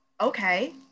okay